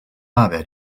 haver